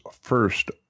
first